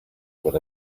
what